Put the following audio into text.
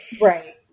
Right